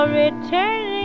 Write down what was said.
returning